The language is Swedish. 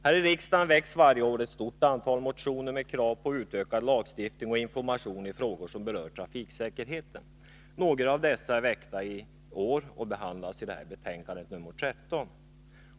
Här i riksdagen väcks varje år ett stort antal motioner med krav på utökad lagstiftning och information i frågor som berör trafiksäkerheten. Några av dessa som är väckta i år behandlas i detta betänkande, nr 13.